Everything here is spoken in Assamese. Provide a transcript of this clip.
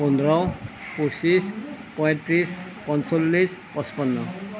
পোন্ধৰ পচিছ পয়ত্ৰিছ পঞ্চলিছ পঁচপন্ন